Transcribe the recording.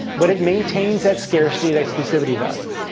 but it maintains that scarcity, that exclusivity value.